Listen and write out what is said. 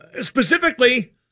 specifically